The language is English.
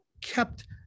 kept